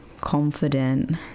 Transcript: confident